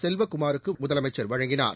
செல்வக்குமாருக்கு முதலமைச்சர் வழங்கினார்